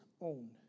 own